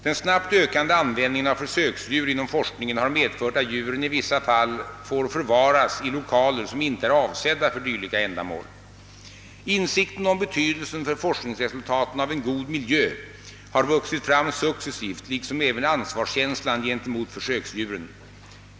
Den snabbt ökande användningen av försöksdjur inom forskningen har medfört att djuren i vissa fall får förvaras i lokaler som inte är avsedda för dylika ändamål. Insikten om betydelsen för forskningsresultaten av en god miljö har vuxit fram successivt liksom även ansvarskänslan gentemot försöksdjuren.